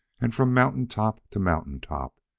and from mountain top to mountain top,